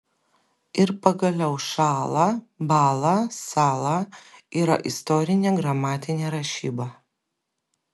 ir pagaliau šąla bąla sąla yra istorinė gramatinė rašyba